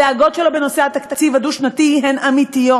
הדאגות שלו בנושא התקציב הדו-שנתי הן אמיתיות.